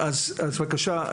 בבקשה,